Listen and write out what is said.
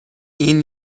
این